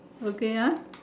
okay ah